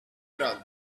drugs